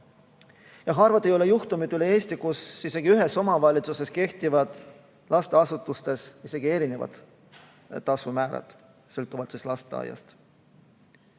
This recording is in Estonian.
Harvad ei ole juhtumid üle Eesti, kui isegi ühes omavalitsuses kehtivad lasteasutustes erinevad tasumäärad sõltuvalt lasteaiast.